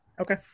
Okay